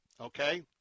okay